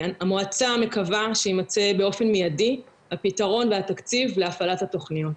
המועצה מקווה שיימצא באופן מיידי הפתרון והתקציב להפעלת התכניות.